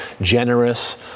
generous